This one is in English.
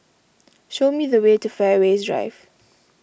show me the way to Fairways Drive